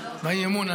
באי-האמון.